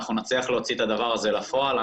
אנחנו נצליח להוציא את הדבר הזה אל הפועל.